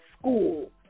school